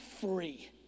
free